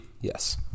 Yes